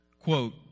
Quote